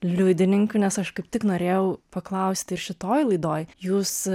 liudininkių nes aš kaip tik norėjau paklausti ir šitoj laidoj jūs